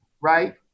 right